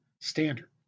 standard